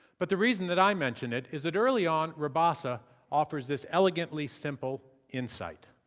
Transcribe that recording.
but the reason that i mention it is that early on, rabassa offers this elegantly simple insight